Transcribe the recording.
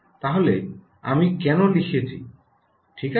তাহলে আমি কেন লিখেছি ঠিক আছে